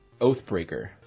Oathbreaker